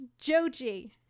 Joji